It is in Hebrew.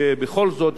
שבכל זאת,